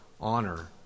honor